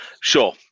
Sure